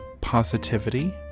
positivity